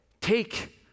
Take